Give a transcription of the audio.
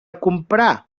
comprar